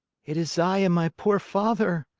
it is i and my poor father.